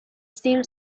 seemed